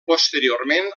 posteriorment